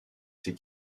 ses